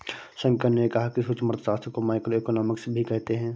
शंकर ने कहा कि सूक्ष्म अर्थशास्त्र को माइक्रोइकॉनॉमिक्स भी कहते हैं